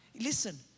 Listen